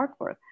artwork